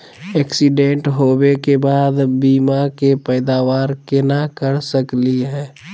Accident होवे के बाद बीमा के पैदावार केना कर सकली हे?